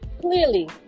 clearly